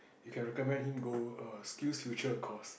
you can recommend him go err SkillsFuture course